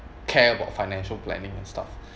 care about financial planning and stuff